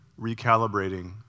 recalibrating